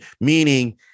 meaning